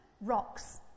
rocks